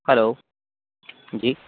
hello جی